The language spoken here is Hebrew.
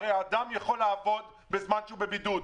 הרי אדם יכול לעבוד בזמן שהוא בבידוד,